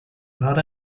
not